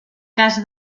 cas